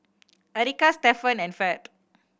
Erika Stefan and Ferd